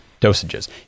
dosages